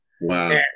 Wow